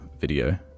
video